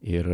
ir